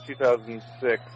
2006